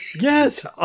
Yes